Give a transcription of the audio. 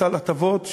סל הטבות,